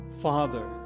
Father